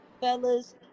fellas